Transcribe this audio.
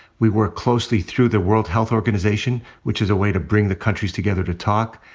we work closely through the world health organization, which is a way to bring the countries together to talk.